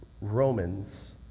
Romans